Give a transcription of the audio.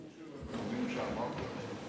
מהנתונים שאמרת,